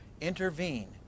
intervene